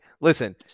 Listen